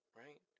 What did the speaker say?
right